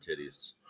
titties